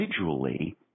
individually